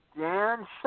Dan